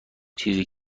چیزی